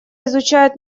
изучают